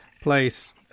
place